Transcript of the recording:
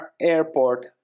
Airport